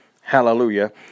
hallelujah